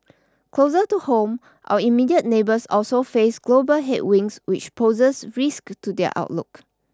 closer to home our immediate neighbours also face global headwinds which poses risks to their outlook